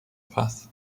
path